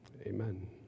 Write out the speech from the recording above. Amen